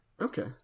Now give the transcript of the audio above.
okay